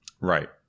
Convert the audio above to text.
right